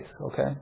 Okay